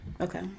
Okay